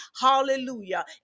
hallelujah